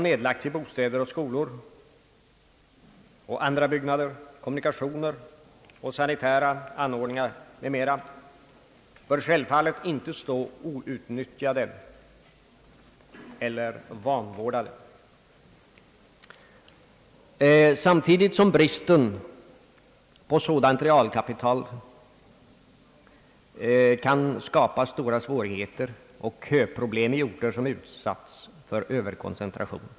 De bostäder, skolor och andra byggnader, kommunikationer och sanitära anordningar m.m., vari investeringar nedlagts, bör självfallet inte stå outnyttjade eller vanvårdade — samtidigt som bristen på sådant realkapital kan skapa stora svårigheter och köproblem i orter som utsatts för överkoncentration.